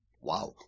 Wow